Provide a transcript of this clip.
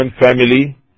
family